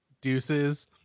deuces